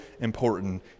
important